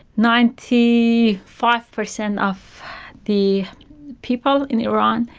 ninety five percent of the people in iran,